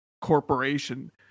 Corporation